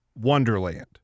Wonderland